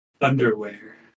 underwear